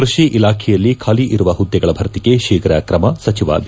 ಕೃಷಿ ಇಲಾಖೆಯಲ್ಲಿ ಖಾಲಿಯರುವ ಹುದ್ದೆಗಳ ಭರ್ತಿಗೆ ಶೀಘ್ರ ತ್ರಮ ಸಚಿವ ಬಿ